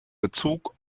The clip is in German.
bezug